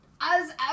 as-